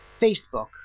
Facebook